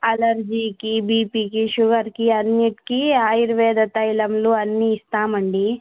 అలర్జీకి బీపీకి షుగర్కి అన్నింటికి ఆయుర్వేద తైలాలు అన్నీ ఇస్తాం అండి